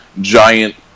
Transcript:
giant